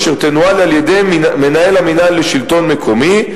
אשר תנוהל על-ידי מנהל המינהל לשלטון מקומי.